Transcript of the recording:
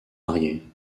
mariés